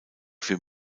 für